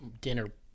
Dinner